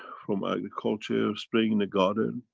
from agriculture, spraying the garden.